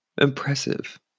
impressive